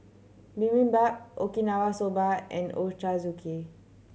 Bibimbap Okinawa Soba and Ochazuke